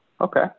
Okay